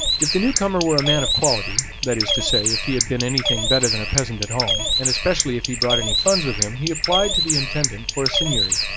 if the new-comer were a man of quality, that is to say, if he had been anything better than a peasant at home, and especially if he brought any funds with him, he applied to the intendant for a seigneury.